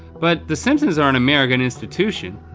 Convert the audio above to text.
but the simpsons are an american institution,